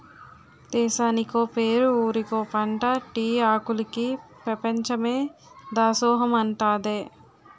దేశానికో పేరు ఊరికో పంటా టీ ఆకులికి పెపంచమే దాసోహమంటాదే